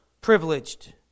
privileged